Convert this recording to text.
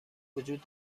وجود